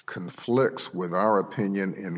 conflicts with our opinion in